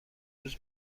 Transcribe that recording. روز